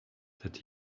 that